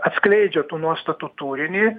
atskleidžia tų nuostatų turinį